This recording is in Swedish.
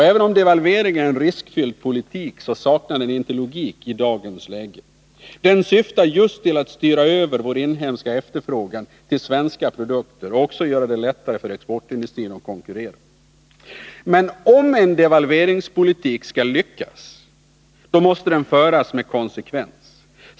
Även om en devalvering är en riskfylld åtgärd, saknar den inte logik i dagens läge. Den syftar just till att styra över vår inhemska efterfrågan till svenska produkter och också att göra det lättare för exportindustrin att konkurrera. Men om en devalveringspolitik skall lyckas måste den föras med konsekvens.